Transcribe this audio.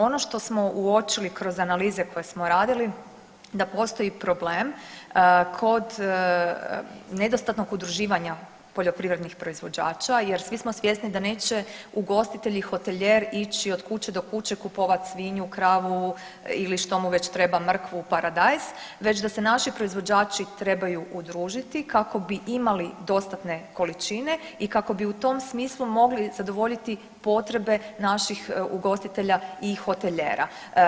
Ono što smo uočili kroz analize koje smo radili da postoji problem kod nedostatnog udruživanja poljoprivrednih proizvođača jer svi smo svjesni da neće ugostitelj i hotelijer ići od kuće do kuće kupovat svinju, kravu ili što mu već treba mrkvu, paradajz već da se naši proizvođači trebaju udružiti kako bi imali dostatne količine i kako bi u tom smislu mogli zadovoljiti potrebe naših ugostitelja i hotelijera.